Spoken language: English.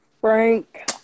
Frank